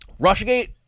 Rushgate